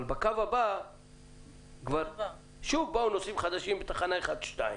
אבל באוטובוס הבא שוב באו נוסעים חדשים בתחנה הראשונה והשנייה